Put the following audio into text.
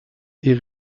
est